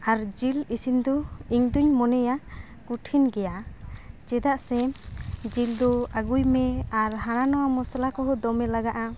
ᱟᱨ ᱡᱤᱞ ᱤᱥᱤᱱ ᱫᱚ ᱤᱧᱫᱚᱧ ᱢᱚᱱᱮᱭᱟ ᱠᱩᱴᱷᱤᱱ ᱜᱮᱭᱟ ᱪᱮᱫᱟᱜ ᱥᱮ ᱡᱤᱞ ᱫᱚ ᱟᱹᱜᱩᱭ ᱢᱮ ᱟᱨ ᱦᱟᱱᱟ ᱱᱚᱣᱟ ᱢᱚᱥᱞᱟ ᱠᱚᱦᱚᱸ ᱫᱚᱢᱮ ᱞᱟᱜᱟᱜᱼᱟ